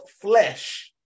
flesh